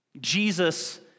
Jesus